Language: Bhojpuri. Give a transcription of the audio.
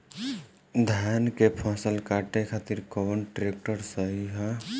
धान के फसल काटे खातिर कौन ट्रैक्टर सही ह?